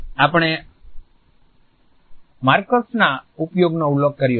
આપણે માર્કર્સના ઉપયોગનો ઉલ્લેખ કર્યો છે